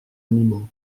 animaux